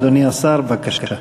אדוני השר, בבקשה.